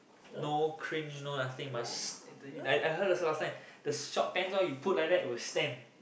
no cringe no nothing must st~ I heard also last time the short pants all you put like that it will stand